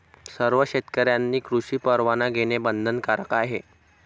सर्व शेतकऱ्यांनी कृषी परवाना घेणे बंधनकारक आहे